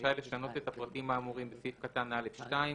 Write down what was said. רשאי לשנות את הפרטים האמורים בסעיף קטן (א)(2),